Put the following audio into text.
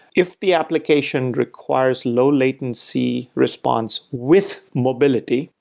if the application requires low-latency response with mobility,